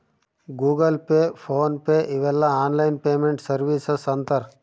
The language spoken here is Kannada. ಗೂಗಲ್ ಪೇ ಫೋನ್ ಪೇ ಇವೆಲ್ಲ ಆನ್ಲೈನ್ ಪೇಮೆಂಟ್ ಸರ್ವೀಸಸ್ ಅಂತರ್